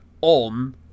on